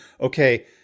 okay